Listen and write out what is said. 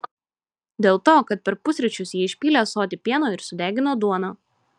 dėl to kad per pusryčius ji išpylė ąsotį pieno ir sudegino duoną